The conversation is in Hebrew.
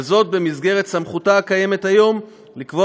וזאת במסגרת סמכותה הקיימת היום לקבוע